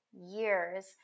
years